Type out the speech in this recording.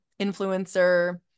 influencer